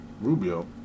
Rubio